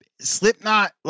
Slipknot